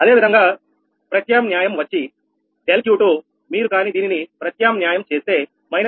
అదేవిధంగా ప్రత్యామ్నాయం వచ్చి ∆Q2 మీరు కాని దీనిని ప్రత్యామ్న్యాయం చేస్తే −1